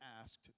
asked